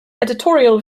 editorial